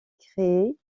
créée